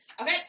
Okay